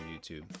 YouTube